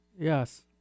Yes